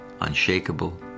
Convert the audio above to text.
unshakable